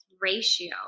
ratio